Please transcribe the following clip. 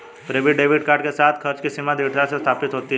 prepaid debit card के साथ, खर्च की सीमा दृढ़ता से स्थापित होती है